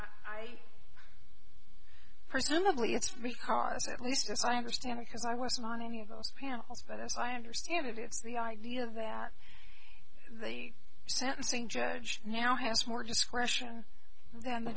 i presumably it's because at least as i understand it because i wasn't on any of those panels but as i understand it it's the idea that the sentencing judge now has more discretion then the